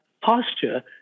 posture